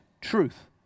truth